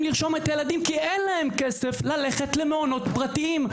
לרשום את הילדים כי אין להם כסף ללכת למעונות פרטיים.